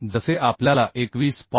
तर जसे आपल्याला 21